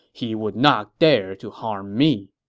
he would not dare to harm me.